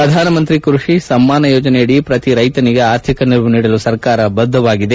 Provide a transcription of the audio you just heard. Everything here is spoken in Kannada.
ಪ್ರಧಾನ ಮಂತ್ರಿ ಕೈಷಿ ಸಮ್ನಾನ ಯೋಜನೆಯಡಿ ಪ್ರತಿ ರೈತನಿಗೆ ಆರ್ಥಿಕ ನೆರವು ನೀಡಲು ಸರ್ಕಾರ ಬದ್ದವಾಗಿದೆ